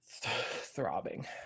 throbbing